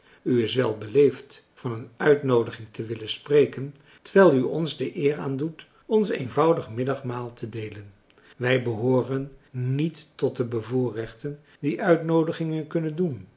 wel beleefd van een uitnoodiging te willen spreken terwijl u ons de eer aandoet ons eenvoudig middagmaal te deelen wij behooren niet tot de bevoorrechten die uitnoodigingen kunnen doen